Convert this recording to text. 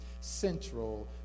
central